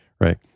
Right